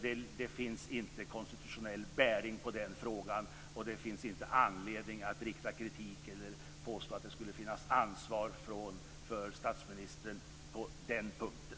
Det finns inte konstitutionell bäring i den frågan, och det finns ingen anledning att rikta kritik eller påstå att det skulle finnas ett ansvar för statsministern på den punkten.